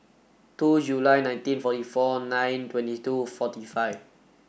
two July nineteen forty four nine twenty two forty five